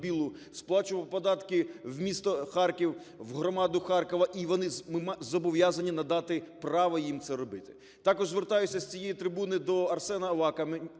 сплачувати податки в місту Харків, в громаду Харкова і вони зобов'язані надати право їм це робити. Також звертаюся з цієї трибуни до Арсена Авакова